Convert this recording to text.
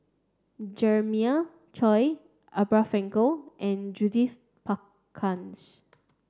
Jeremiah Choy Abraham Frankel and Judith Prakash